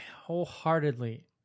wholeheartedly